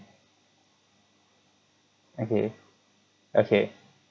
okay okay